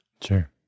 Sure